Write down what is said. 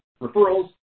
referrals